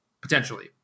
potentially